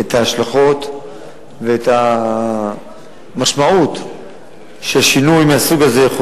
את ההשלכות ואת המשמעות ששינוי מהסוג הזה יכול